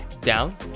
Down